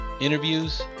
interviews